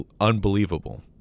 unbelievable